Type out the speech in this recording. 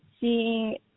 seeing